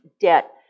debt